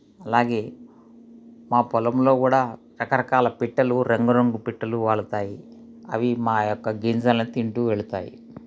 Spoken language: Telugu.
అలాగే మా పొలంలో కూడా రకరకాల పిట్టలు రంగురంగు పిట్టలు వాలుతాయి అవి మా యొక్క గింజల్ని తింటూ వెళ్తాయి